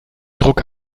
druck